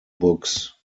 books